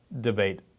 debate